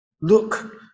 Look